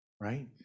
Right